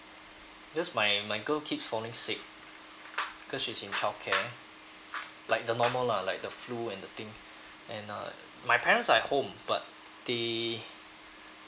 because my my girl keeps falling sick cause she's in childcare like the normal lah like the flu and the thing and uh my parents are at home but they